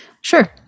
Sure